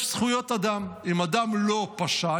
יש זכויות אדם: אם אדם לא פשע,